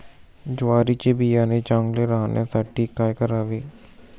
ज्वारीचे बियाणे चांगले राहण्यासाठी काय करावे?